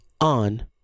on